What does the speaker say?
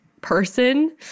person